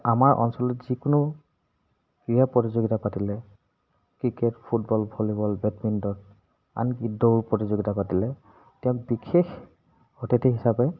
আমাৰ অঞ্চলত যিকোনো ক্ৰীড়া প্ৰতিযোগিতা পাতিলে ক্ৰিকেট ফুটবল ভলীবল বেডমিণ্টন আনকি দৌৰ প্ৰতিযোগিতা পাতিলে তেওঁক বিশেষ অতিথি হিচাপে